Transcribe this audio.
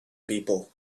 people